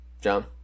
John